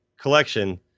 collection